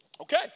Okay